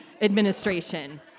administration